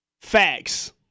Facts